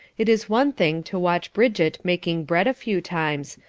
it is one thing to watch bridget making bread a few times,